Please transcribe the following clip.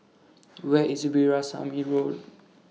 Where IS Veerasamy Road